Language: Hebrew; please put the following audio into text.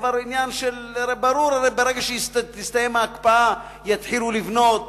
ברור שברגע שתסתיים ההקפאה יתחילו לבנות.